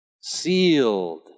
Sealed